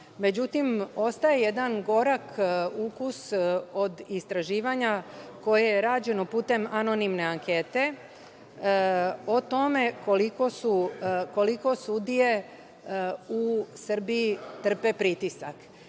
međutim, ostaje jedan gorak ukus od istraživanja koje je rađeno putem anonimne ankete o tome koliko sudije u Srbiji trpe pritisak.